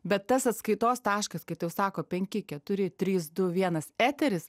bet tas atskaitos taškas kai tau sako penki keturi trys du vienas eteris